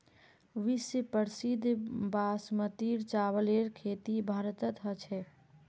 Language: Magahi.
विश्व प्रसिद्ध बासमतीर चावलेर खेती भारतत ह छेक